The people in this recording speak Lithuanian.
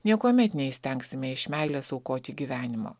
niekuomet neįstengsime iš meilės aukoti gyvenimo